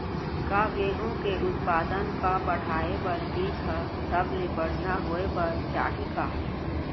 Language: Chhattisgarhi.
का गेहूँ के उत्पादन का बढ़ाये बर बीज ह सबले बढ़िया होय बर चाही का?